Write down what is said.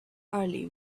early